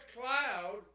cloud